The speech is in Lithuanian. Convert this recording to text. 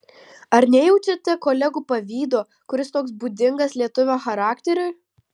ar nejaučiate kolegų pavydo kuris toks būdingas lietuvio charakteriui